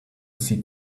see